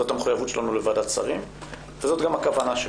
זאת המחויבות שלנו לוועדת שרים וזאת גם הכוונה שלנו.